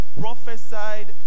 prophesied